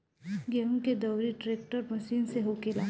गेहूं के दउरी ट्रेक्टर मशीन से होखेला